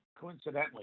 coincidentally